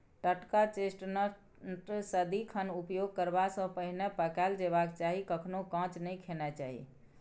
टटका चेस्टनट सदिखन उपयोग करबा सँ पहिले पकाएल जेबाक चाही कखनहुँ कांच नहि खेनाइ चाही